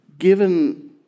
Given